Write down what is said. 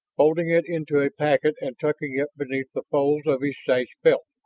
folding it into a packet and tucking it beneath the folds of his sash-belt,